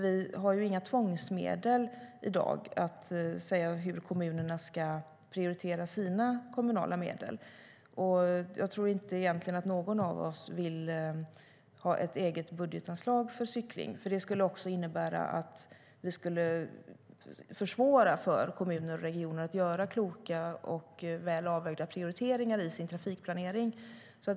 Vi har ju inga tvångsmedel i dag för att säga hur kommunerna ska prioritera sina kommunala medel. Jag tror egentligen inte att någon av oss vill ha ett eget budgetanslag för cykling, för det skulle innebära att vi skulle försvåra för kommuner och regioner att göra kloka och väl avvägda prioriteringar i sin trafikplanering.